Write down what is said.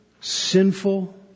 sinful